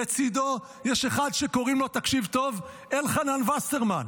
לצידו יש אחד שקוראים לו, תקשיב טוב, אלחנן וסרמן.